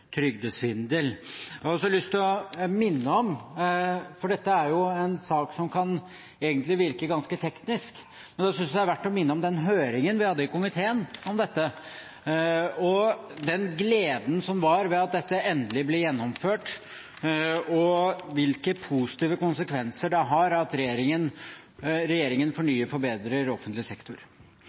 trygdesvindel. Dette er en sak som egentlig kan virke ganske teknisk. Da synes jeg det er verdt å minne om den høringen vi hadde i komiteen om dette, og den gleden som var over at dette endelig ble gjennomført, og hvilke positive konsekvenser det har at regjeringen fornyer og forbedrer offentlig sektor.